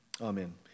amen